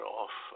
off